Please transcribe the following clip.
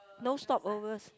no stopovers